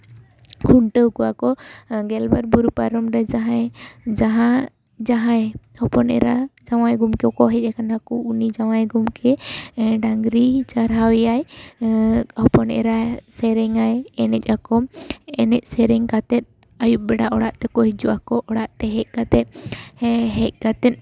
ᱠᱷᱩᱱᱴᱟᱹᱣ ᱠᱚᱣᱟ ᱠᱚ ᱜᱮᱞ ᱵᱟᱨ ᱵᱩᱨᱩ ᱯᱟᱨᱚᱢ ᱨᱮ ᱡᱟᱦᱟᱸᱭ ᱡᱟᱦᱟᱸ ᱡᱟᱦᱟᱸᱭ ᱦᱚᱯᱚᱱ ᱮᱨᱟ ᱡᱟᱶᱟᱭ ᱜᱚᱝᱠᱮ ᱠᱚ ᱦᱮᱡ ᱟᱠᱟᱱᱟ ᱠᱚ ᱩᱱᱤ ᱡᱟᱶᱟᱭ ᱜᱚᱝᱠᱮ ᱰᱟᱹᱝᱨᱤᱭ ᱪᱟᱨᱦᱟᱣᱮᱭᱟᱭ ᱦᱚᱯᱚᱱ ᱮᱨᱟ ᱥᱮᱨᱮᱧᱟᱭ ᱮᱱᱮᱡ ᱟᱠᱚ ᱮᱱᱮᱡ ᱥᱮᱨᱮᱧ ᱠᱟᱛᱮ ᱟᱭᱩᱵ ᱵᱮᱲᱟ ᱚᱲᱟᱜ ᱛᱮᱠᱚ ᱦᱤᱡᱩᱜᱼᱟᱠᱚ ᱚᱲᱟᱜ ᱛᱮ ᱦᱮᱡ ᱠᱟᱛᱮ ᱦᱮᱸ ᱦᱮᱡ ᱠᱟᱛᱮ